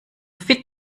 fit